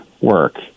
work